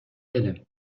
элем